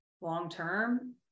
long-term